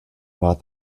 about